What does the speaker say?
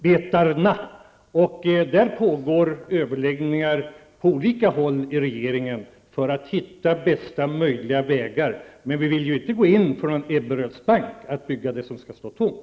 Det pågår överläggningar på olika håll i regeringen för att hitta bästa möjliga vägar, men vi vill inte agera Ebberödsbank och gå in för att bygga sådant som skall stå tomt.